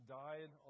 died